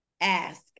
ask